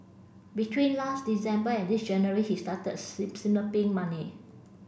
between last December and this January he started siphoning money